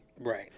Right